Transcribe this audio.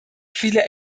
viele